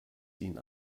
ihn